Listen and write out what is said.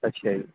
ਅੱਛਾ ਜੀ